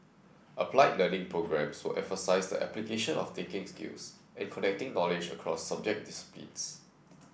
applied learning programmes will emphasise the application of thinking skills and connecting knowledge across subject disciplines